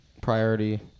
priority